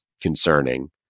concerning